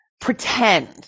pretend